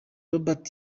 robert